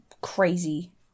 crazy